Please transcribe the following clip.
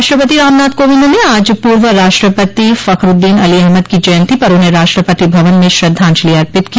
राष्ट्रपति रामनाथ कोविंद ने आज पूर्व राष्ट्रपति फखरूद्दीन अली अहमद की जयन्ती पर उन्हें राष्टपति भवन में श्रद्धांजलि अर्पित की